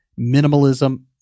minimalism